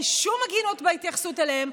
אין שום הגינות בהתייחסות אליהם.